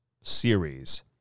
series